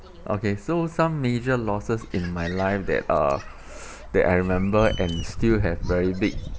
okay so some major losses in my life that uh that I remember and still have very big